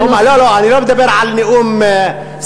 לא, לא, אני לא מדבר על נאום סיכום.